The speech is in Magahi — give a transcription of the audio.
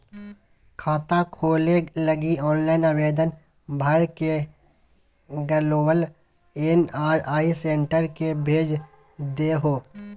खाता खोले लगी ऑनलाइन आवेदन भर के ग्लोबल एन.आर.आई सेंटर के भेज देहो